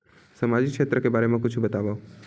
सामजिक क्षेत्र के बारे मा कुछु बतावव?